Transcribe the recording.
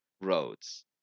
roads